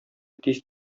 тиз